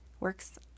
works